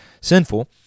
sinful